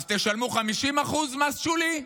אז תשלמו 50% מס שולי.